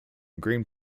grain